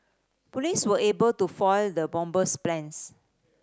police were able to foil the bomber's plans